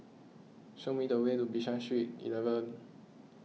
show me the way to Bishan Street eleven